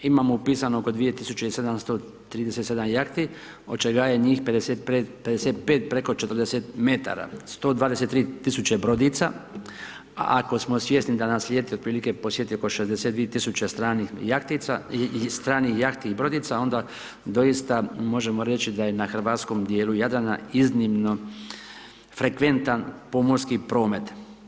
Imamo upisano oko 2737 jahti, od čega je njih 55 preko 40 metara, 123 tisuće brodica, ako smo svjesni, da nas ljeti otprilike posjeti oko 62 tisuće stranih jahtica, stranih jahti i brodica, onda doista možemo reći da je na hrvatskom dijelu Jadrana, iznimno frekventan pomorski promet.